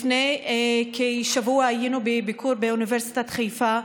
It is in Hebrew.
לפני כשבוע היינו בביקור באוניברסיטת חיפה,